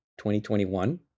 2021